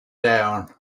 down